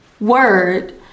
word